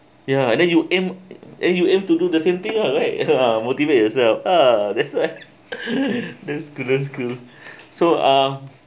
ya and then you aim eh you aim to do the same thing lah right uh !huh! motivate yourself uh that's why that's good that's good so uh